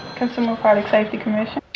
consumer product safety commission.